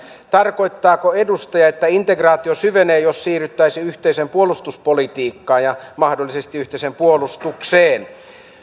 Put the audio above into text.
tarkoittaako edustaja että integraatio syvenee jos siirryttäisiin yhteiseen puolustuspolitiikkaan ja mahdollisesti yhteiseen puolustukseen